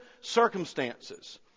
circumstances